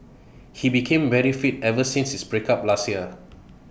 he became very fit ever since his breakup last year